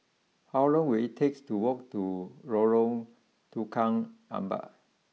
how long will it take to walk to Lorong Tukang Empat